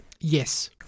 Yes